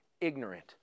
ignorant